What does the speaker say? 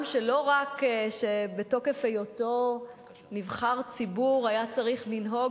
שלא רק שבתוקף היותו נבחר ציבור היה צריך לנהוג